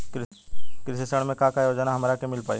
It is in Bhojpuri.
कृषि ऋण मे का का योजना हमरा के मिल पाई?